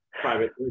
private